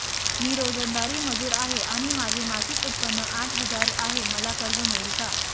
मी रोजंदारी मजूर आहे आणि माझे मासिक उत्त्पन्न आठ हजार आहे, मला कर्ज मिळेल का?